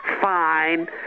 fine